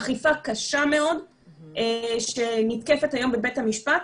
אכיפה קשה מאוד שנתקפת היום בבית המשפט.